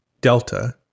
Delta